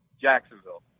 Jacksonville